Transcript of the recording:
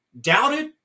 doubted